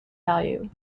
value